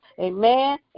amen